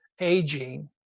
aging